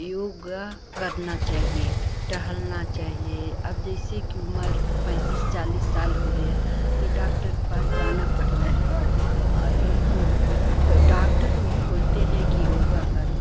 योगा करना चाहिए टहलना चाहिए अब जैसे कि उमर पैँतीस चालीस साल हो गई तो डॉक्टर के पास जाना पड़ता है और तो डॉक्टर यही बोलते हैं कि योगा करो